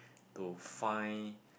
to find